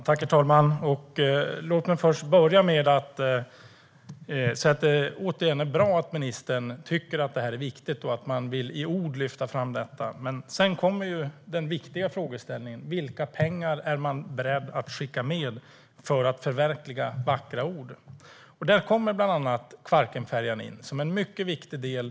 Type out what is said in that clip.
Herr talman! Låt mig börja med att återigen säga att det är bra att ministern tycker att detta är viktigt och att man vill lyfta fram det i ord. Men sedan kommer den viktiga frågeställningen, nämligen vilka pengar man är beredd att skicka med för att förverkliga vackra ord. Där kommer bland annat Kvarkenfärjan in som en mycket viktig del.